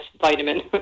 vitamin